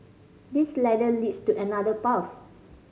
this ladder leads to another path